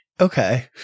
Okay